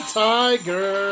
tiger